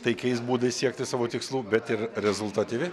taikiais būdais siekti savo tikslų bet ir rezultatyvi